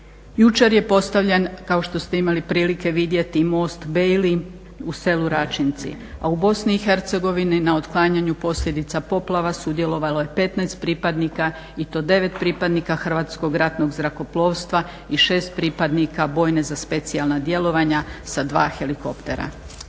Jučer je postavljen kao što ste imali prilike vidjeti i most "Bejli" u Selu Račinci, a u Bosni i Hercegovini na otklanjanju posljedica poplava sudjelovalo je petnaest pripadnika i to devet pripadnika Hrvatskog ratnog zrakoplovstva i šest pripadnika bojne za specijalna djelovanja sa dva helikoptera.